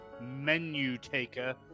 menu-taker